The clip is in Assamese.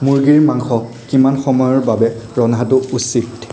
মুৰ্গীৰ মাংস কিমান সময়ৰ বাবে ৰন্ধাটো উচিত